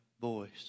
voice